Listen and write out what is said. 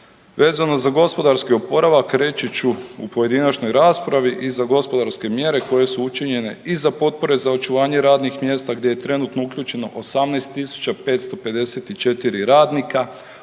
Vezano za gospodarski oporavak reći ću u pojedinačnoj raspravi i za gospodarske mjere koje su učinjene i za potpore za očuvanje radnih mjesta gdje je trenutno uključeno 18.554 radnika odnosno